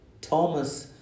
Thomas